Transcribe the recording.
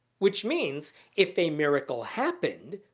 which means if a miracle happened,